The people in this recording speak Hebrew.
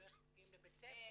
איך מגיעים לבית ספר?